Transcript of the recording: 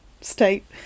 state